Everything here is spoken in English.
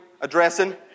addressing